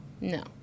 no